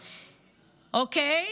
אוקיי,